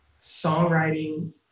songwriting